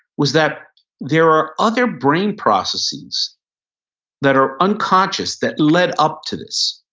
was that there are other brain processes that are unconscious that led up to this.